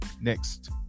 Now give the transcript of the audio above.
next